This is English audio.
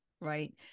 right